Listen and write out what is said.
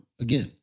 again